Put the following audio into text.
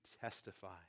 testify